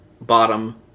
bottom